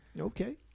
Okay